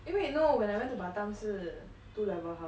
eh wait no when I went to batam 是 two level house